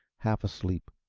half asleep,